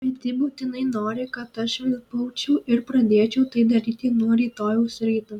bet ji būtinai nori kad aš švilpaučiau ir pradėčiau tai daryti nuo rytojaus ryto